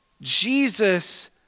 Jesus